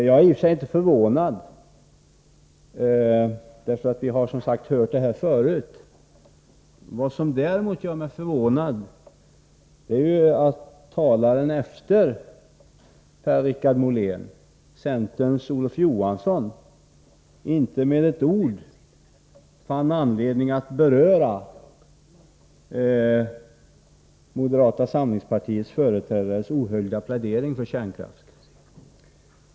Jag är i och för sig inte förvånad. Vi har som sagt hört detta förut. Vad som däremot gör mig förvånad är att talaren efter Per-Richard Molén, centerns Olof Johansson, inte med ett ord fann anledning att beröra moderata samlingspartiets företrädares ohöljda plädering för kärnkraften.